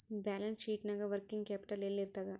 Balance ಶೇಟ್ನ್ಯಾಗ working capital ಯೆಲ್ಲಿರ್ತದ?